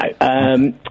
No